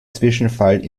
zwischenfall